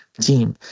team